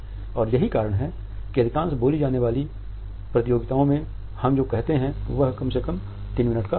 और यही कारण है कि अधिकांश बोली जाने वाली प्रतियोगिताओं में हम जो कहते है वह कम से कम 3 मिनट का है